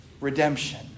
redemption